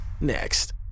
next